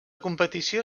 competició